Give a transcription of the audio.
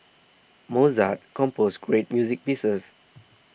Mozart composed great music pieces